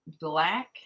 black